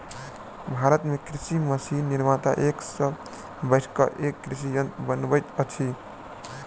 भारत मे कृषि मशीन निर्माता एक सॅ बढ़ि क एक कृषि यंत्र बनबैत छथि